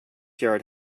yard